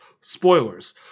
Spoilers